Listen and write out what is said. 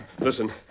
Listen